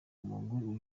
umugwi